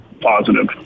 positive